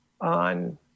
on